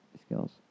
skills